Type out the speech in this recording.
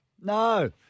No